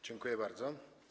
Dziękuję bardzo.